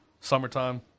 summertime